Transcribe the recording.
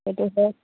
সেইটো হয়